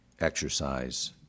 exercise